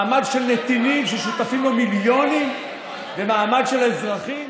מעמד של נתינים ששותפים לו מיליונים ומעמד של אזרחים.